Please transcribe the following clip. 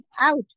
out